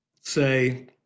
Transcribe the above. say